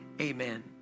amen